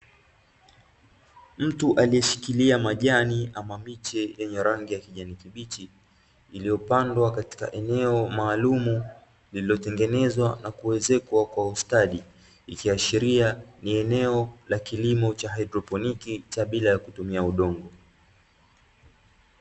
Mtu aliyeshikilia majani ama miche yenye rangi ya kijani kibichi, iliyopandwa katika eneo maalumu lililotengenezwa na kuezekwa kwa ustadi; likiashiria ni eneo la haidroponi, ya bila ya kutumia udongo.